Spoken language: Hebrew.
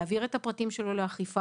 להעביר את הפרטים שלו לאכיפה.